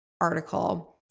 article